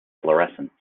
fluorescence